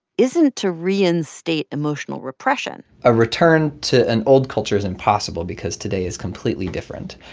isn't to reinstate emotional repression a return to an old culture is impossible because today is completely different.